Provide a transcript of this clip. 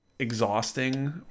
Exhausting